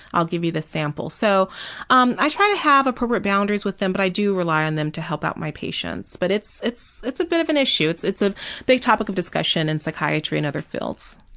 i'll give you the samples. so um i try to have appropriate boundaries with them, but i do rely on them to help out my patients, but it's it's a bit of an issue. it's it's a big topic of discussion in psychiatry and other fields.